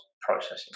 processing